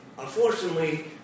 unfortunately